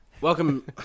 Welcome